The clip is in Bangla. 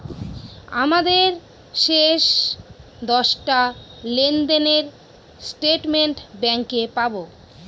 আমাদের শেষ দশটা লেনদেনের স্টেটমেন্ট ব্যাঙ্কে পাবো